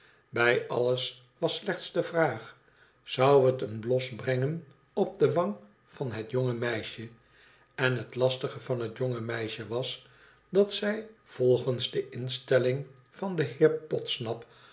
bij alles was slechts de vraag zou het een blos brengen op de wang van het jonge meisje n het lastige van het jonge meisje was dat zij volgens de instelling van den heer podsnap